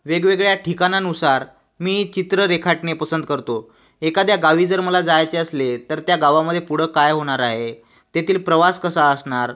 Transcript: वेगवेगळ्या ठिकाणानुसार मी चित्र रेखाटणे पसंत करतो एखाद्या गावी जर मला जायचे असले तर त्या गावामध्ये पुढं काय होणार आहे तेथील प्रवास कसा असणार